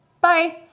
bye